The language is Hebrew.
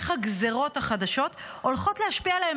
איך הגזרות החדשות הולכות להשפיע עליהם